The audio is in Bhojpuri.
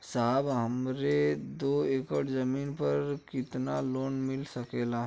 साहब हमरे दो एकड़ जमीन पर कितनालोन मिल सकेला?